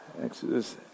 Exodus